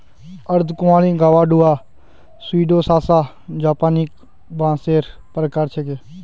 अर्धकुंवारी Guadua Pseudosasa japonica बांसेर प्रकार छिके